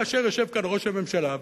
כאשר יושב כאן ראש הממשלה,